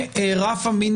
הרבע.